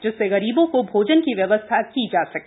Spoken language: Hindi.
जिससे गरीबों को भोजन की व्यवस्था की जा सके